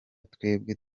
twebwe